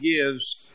gives